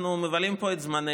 אנחנו מבלים פה את זמננו,